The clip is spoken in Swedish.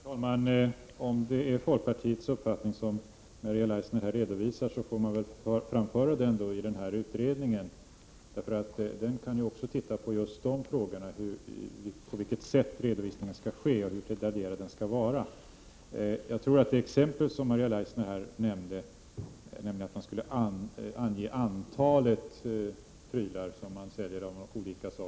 Herr talman! Om det är folkpartiets uppfattning som Maria Leissner redovisar, får den väl framföras i utredningen. Utredningen skall också titta på frågorna om på vilket sätt redovisningen skall ske och hur detaljerad den skall vara. Maria Leissner gav exempel på att man t.ex. skall ange antalet vapen som säljs till olika länder.